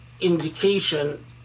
indication